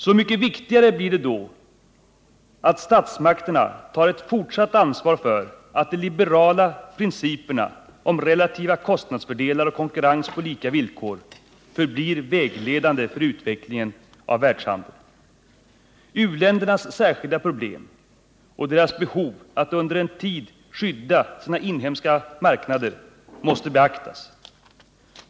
Så mycket viktigare blir det då också att statsmakterna tar ett fortsatt ansvar för att de liberala principerna om relativa kostnadsfördelar och konkurrens på lika villkor förblir vägledande för utvecklingen av världshandeln. U-ländernas särskilda problem och deras behov av att under en tid skydda sina inhemska marknader måste beaktas.